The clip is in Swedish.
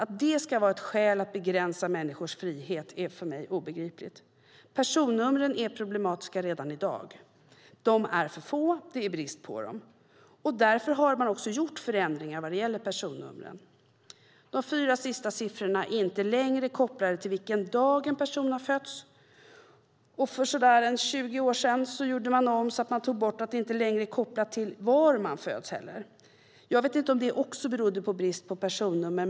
Att det ska vara ett skäl att begränsa människors frihet är för mig obegripligt. Personnumren är problematiska redan i dag. De är för få. Det är brist på dem. Därför har man också gjort förändringar vad gäller personnumren. De fyra sista siffrorna är inte längre kopplade till vilken dag en person har fötts. För omkring 20 år sedan tog man i personnumren också bort kopplingen till var man är född. Jag vet inte om det också berodde på brist på personnummer.